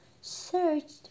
searched